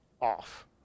off